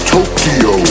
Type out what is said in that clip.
Tokyo